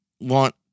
want